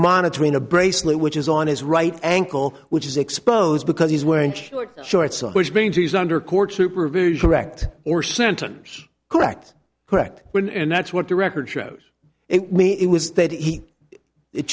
monitoring a bracelet which is on his right ankle which is exposed because he's wearing short shorts which means he's under court supervision direct or sentence correct correct when and that's what the record shows it me it was th